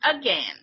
again